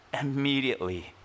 immediately